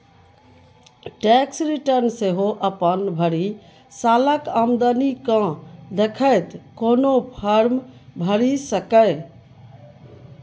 tax return सेहो अपन भरि सालक आमदनी केँ देखैत कोनो फर्म भरि सकैए